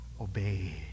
obey